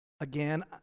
Again